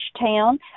town